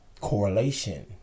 Correlation